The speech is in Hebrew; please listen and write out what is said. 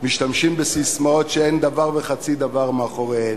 משתמשים בססמאות שאין דבר וחצי דבר מאחוריהן.